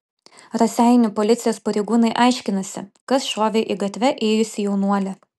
raseinių policijos pareigūnai aiškinasi kas šovė į gatve ėjusį jaunuolį